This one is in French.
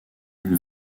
une